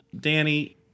Danny